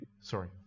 Sorry